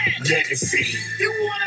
Legacy